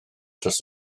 dros